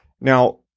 Now